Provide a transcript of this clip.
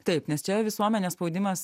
taip nes čia visuomenės spaudimas